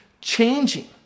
changing